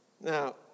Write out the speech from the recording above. Now